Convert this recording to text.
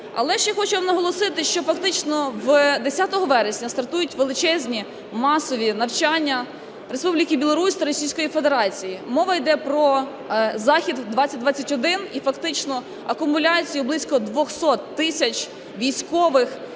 Але ще хочу вам наголосити, що фактично 10 вересня стартують величезні масові навчання Республіки Білорусь та Російської Федерації. Мова йде про "Захід-2021" і фактично акумуляцію близько 200 тисяч військових